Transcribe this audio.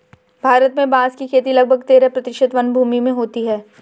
भारत में बाँस की खेती लगभग तेरह प्रतिशत वनभूमि में होती है